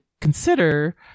consider